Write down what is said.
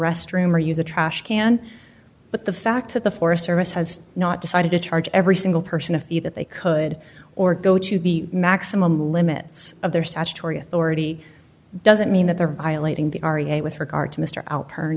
restroom or use a trash can but the fact that the forest service has not decided to charge every single person of the that they could or go to the maximum limits of their such tory authority doesn't mean that they're violating the r e a with regard to mr